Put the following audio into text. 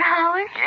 Howard